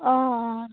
অঁ অঁ